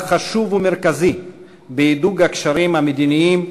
חשוב ומרכזי בהידוק הקשרים המדיניים,